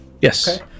Yes